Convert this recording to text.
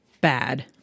bad